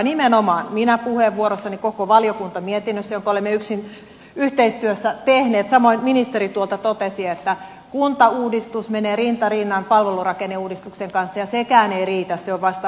nimenomaan minä puheenvuorossani totesin myös koko valiokunta mietinnössään jonka olemme yhteistyössä tehneet samoin ministeri tuolta että kuntauudistus menee rinta rinnan palvelurakenneuudistuksen kanssa ja sekään ei riitä se on vasta alkua